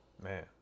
Man